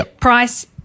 price